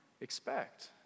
expect